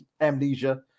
amnesia